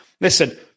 listen